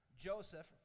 Joseph